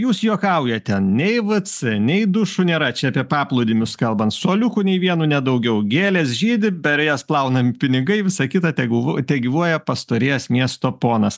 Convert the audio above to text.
ar jūs juokaujate nei vc nei dušų nėra čia apie paplūdimius kalbant suoliukų nei vienu nedaugiau gėlės žydi per jas plaunami pinigai visa kita tegul tegyvuoja pastorėjęs miesto ponas